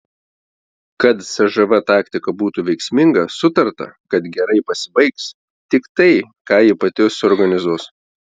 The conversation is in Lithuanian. kad cžv taktika būtų veiksminga sutarta kad gerai pasibaigs tik tai ką ji pati suorganizuos